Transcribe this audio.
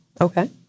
Okay